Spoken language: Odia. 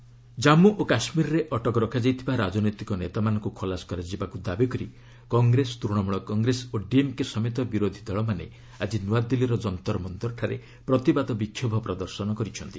ଅପୋଜିସନ୍ ପ୍ରୋଟେଷ୍ଟ ଜାମ୍ମୁ ଓ କାଶ୍ମୀରରେ ଅଟକ ରଖାଯାଇଥିବା ରାଜନୈତିକ ନେତାମାନଙ୍କୁ ଖଲାସ କରାଯିବାକୁ ଦାବି କରି କଂଗ୍ରେସ ତୃଶମୂଳ କଂଗ୍ରେସ ଓ ଡିଏମ୍କେ ସମେତ ବିରୋଧୀ ଦଳମାନେ ଆଜି ନୂଆଦିଲ୍ଲୀର ଜନ୍ତରମନ୍ତରଠାରେ ପ୍ରତିବାଦ ବିକ୍ଷୋଭ ପ୍ରଦର୍ଶନ କରିଛନ୍ତି